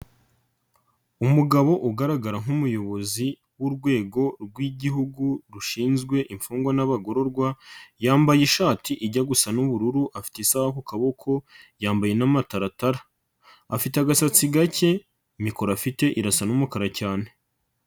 Umugabo ugaragara nk'umuyobozi w'urwego rw'igihugu rushinzwe imfungwa n'abagororwa, yambaye ishati ijya gusa n'ubururu, afite isaha ku kaboko yambaye n'amataratara. Afite agasatsi gake, mikoro afite irasa n'umukara cyane.